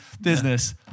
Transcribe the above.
business